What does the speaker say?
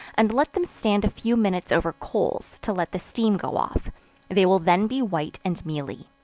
and let them stand a few minutes over coals, to let the steam go off they will then be white and mealy.